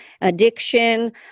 addiction